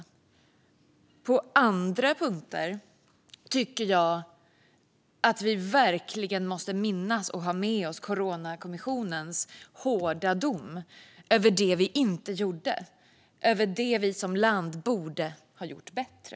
När det gäller andra punkter tycker jag att vi verkligen måste minnas och ha med oss Coronakommissionens hårda dom över det vi inte gjorde och över det som vi som land borde ha gjort bättre.